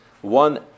One